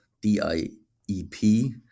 D-I-E-P